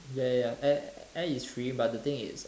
ya ya ya air air is free but the thing is